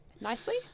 nicely